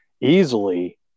easily